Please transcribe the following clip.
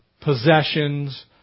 possessions